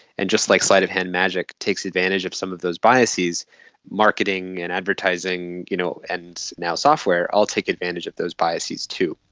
and, just like sleight of hand magic, takes advantage of some of those biases, and marketing and advertising you know and now software all take advantage of those biases too.